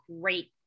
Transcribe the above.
great